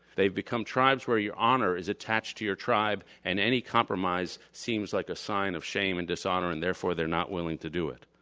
they've become tribes where your honor is attached to your tribe and any compromise seems like a sign of shame and dishonor and therefore they're not willing to do it.